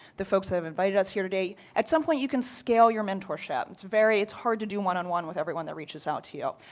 the folks who have invited us here today, at some point you can scale your mentorship. it's very it's hard to do one on one with everyone that reaches out to you.